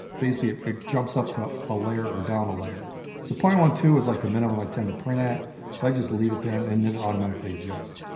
basically ah it jumps up to a layer or down a layer so zero point one two is like the minimum i tend to print at so i just leave it there and and then it automatically adjusts.